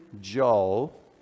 Joel